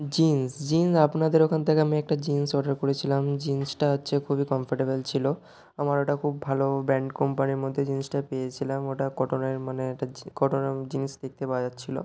jeans jeans আপনাদের ওখান থেকে আমি একটা জিন্স অর্ডার করেছিলাম জিন্সটা হচ্ছে যে খুবই কম্ফোর্টেবল ছিল আমার ওটা খুব ভালো ও ব্র্যান্ড কোম্পানির মধ্যে জিনিসটা পেয়েছিলাম ওটা কটনের মানে একটা কটনের জিনিস দেখতে পাওয়া যাচ্ছিল